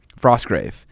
Frostgrave